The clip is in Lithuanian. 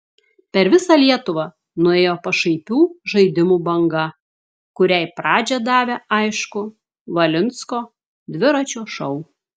per visą lietuvą nuėjo pašaipių žaidimų banga kuriai pradžią davė aišku valinsko dviračio šou